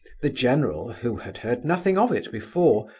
the general, who had heard nothing of it before,